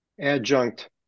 adjunct